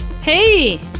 Hey